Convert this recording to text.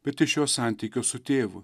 bet iš jo santykio su tėvu